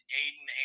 Aiden